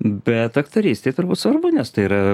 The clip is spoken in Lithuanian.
bet aktorystėj turbūt svarbu nes tai yra